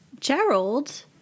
Gerald